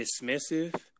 dismissive